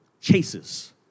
Chases